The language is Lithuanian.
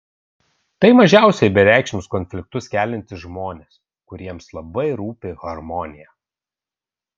tai mažiausiai bereikšmius konfliktus keliantys žmonės kuriems labai rūpi harmonija